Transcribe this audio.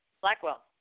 Blackwell